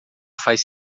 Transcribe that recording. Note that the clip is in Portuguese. faz